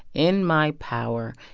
in my power,